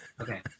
Okay